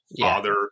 father